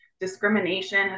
discrimination